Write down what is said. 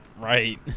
right